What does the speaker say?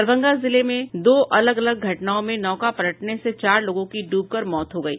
दरभंगा जिले में दो अलग अलग घटनाओं में नौका पलटने से चार लोगो की डूबकर मौत हो गयी